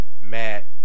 Matt